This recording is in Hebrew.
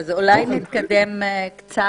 אולי נתקדם קצת?